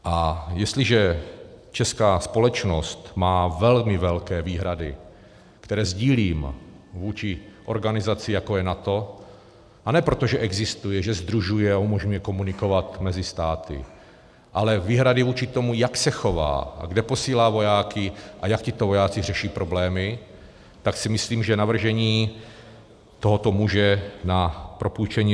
A jestliže česká společnost má velmi velké výhrady, které sdílím, vůči organizaci, jako je NATO, ne proto, že existuje, že sdružuje a umožňuje komunikovat mezi státy, ale výhrady vůči tomu, jak se chová, kam posílá vojáky a jak tito vojáci řeší problémy, tak si myslím, že navržení tohoto muže na propůjčení